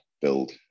build